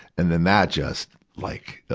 and then that just, like